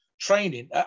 Training